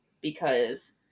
Because-